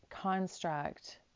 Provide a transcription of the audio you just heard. Construct